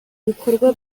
bikorwa